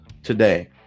Today